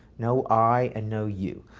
no i, and no u.